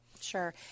Sure